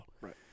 Right